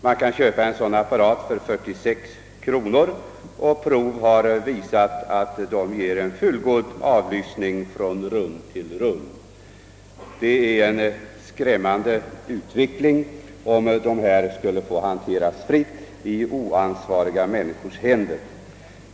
Man kan köpa en sådan apparat för 46 kronor, och prov har visat att de ger en fullgod avlyssning från rum till rum. Det blir en skrämmande utveckling, om apparaterna skulle få hanteras fritt i oansvariga människors händer.